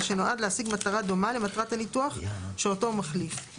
ושנועד להשיג מטרה דומה למטרת הניתוח שאותו הוא מחליף;